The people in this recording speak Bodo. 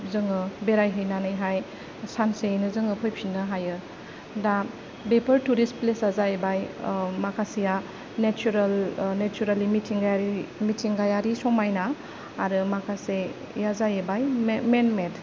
जोङो बेरायहैनानैहाय सानसेयैनो जोङो फैफिन्नो हायो दा बेफोर तुरिस्त प्लेसा जाहैबाय माखासेया नेचोरेल नेचोरेलि मिथिंगायारि मिथिंगायिर समायना आरो माखासेया जाहैबाय मेन मेद